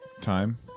time